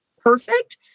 perfect